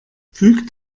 füg